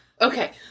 okay